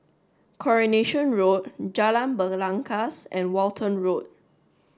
Coronation Road Jalan Belangkas and Walton Road